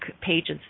pages